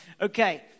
Okay